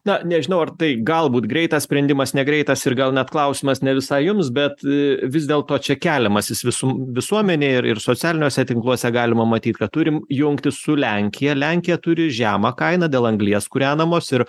na nežinau ar tai galbūt greitas sprendimas negreitas ir gal net klausimas ne visai jums bet vis dėlto čia keliamas jis visų visuomenėj ir socialiniuose tinkluose galima matyt kad turim jungtis su lenkija lenkija turi žemą kainą dėl anglies kūrenamos ir